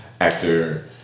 actor